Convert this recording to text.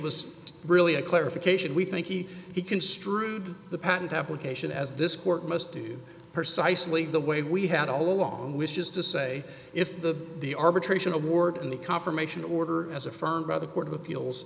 was really a clarification we think he he construed the patent application as this court must do her so i sleep the way we had all along which is to say if the the arbitration award and the confirmation order as affirmed by the court of appeals